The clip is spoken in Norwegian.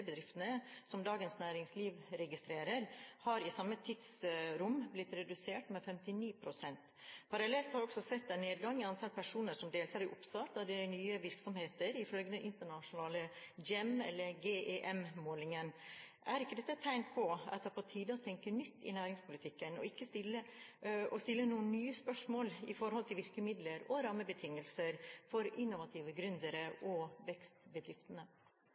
som Dagens Næringsliv registrerer, har i samme tidsrom blitt redusert med 59 pst. Parallelt har vi også sett en nedgang i antall personer som deltar i oppstart av nye virksomheter, ifølge den internasjonale GEM-målingen. Er ikke dette et tegn på at det er på tide å tenke nytt i næringspolitikken og stille noen nye spørsmål i forhold til virkemidler og rammebetingelser for innovative gründere og vekstbedriftene?